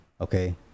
okay